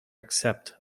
accept